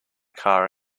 car